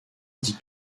dit